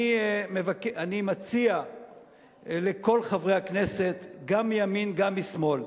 אני מציע לכל חברי הכנסת, גם מימין גם משמאל,